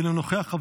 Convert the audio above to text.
אינו נוכח.